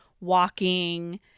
walking